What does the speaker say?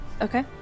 Okay